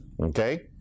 Okay